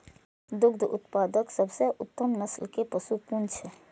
दुग्ध उत्पादक सबसे उत्तम नस्ल के पशु कुन छै?